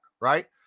right